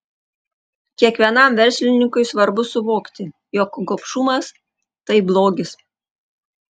kiekvienam verslininkui svarbu suvokti jog gobšumas tai blogis